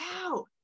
out